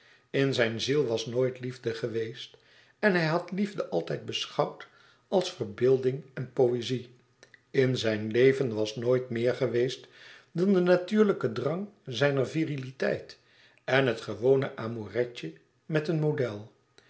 in zijn ziel was nooit liefde geweest en hij had liefde altijd beschouwd als verbeelding en poëzie in zijn leven was nooit meer geweest dan de natuurlijke drang zijner viriliteit en het gewone amouretje met een model